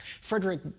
Frederick